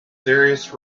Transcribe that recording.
serious